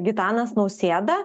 gitanas nausėda